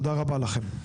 תודה רבה לכם.